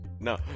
No